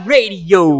Radio